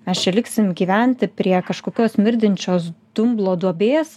mes čia liksim gyventi prie kažkokios smirdinčios dumblo duobės